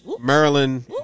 Maryland